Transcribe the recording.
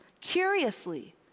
Curiously